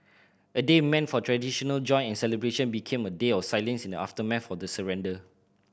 a day meant for traditional joy and celebration became a day of silence in the aftermath of the surrender